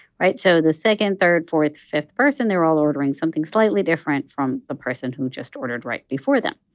right? so the second, third, fourth, fifth person, they're all ordering something slightly different from the person who just ordered right before them.